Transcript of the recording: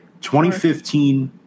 2015